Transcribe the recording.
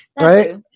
Right